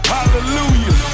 Hallelujah